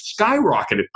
skyrocketed